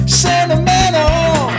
sentimental